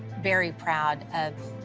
very proud of